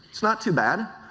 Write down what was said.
not too bad,